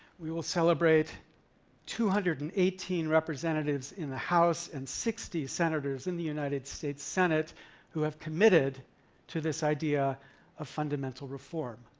we will celebrate two hundred and eighteen representatives in the house and sixty senators in the united states senate who have committed to this idea of fundamental reform.